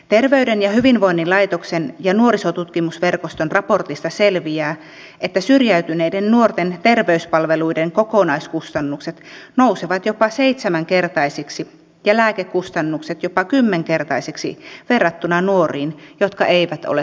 terveyden ja hyvinvoinnin laitoksen ja nuorisotutkimusverkoston raportista selviää että syrjäytyneiden nuorten terveyspalveluiden kokonaiskustannukset nousevat jopa seitsemänkertaisiksi ja lääkekustannukset jopa kymmenkertaisiksi verrattuna nuoriin jotka eivät ole syrjäytymisvaarassa